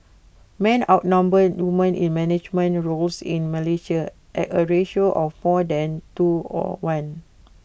men outnumber women in management roles in Malaysia at A ratio of more than two or one